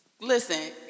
Listen